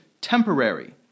temporary